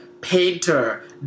painter